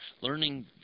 learning